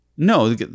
No